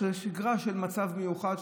שגרה של מצב מיוחד.